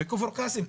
בכפר קאסם,